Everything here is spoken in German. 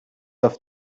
auf